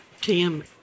Tim